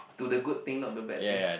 to the good thing not the bad thing